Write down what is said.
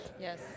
Yes